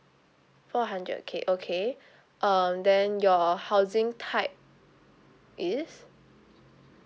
four hundred K okay uh then your housing type is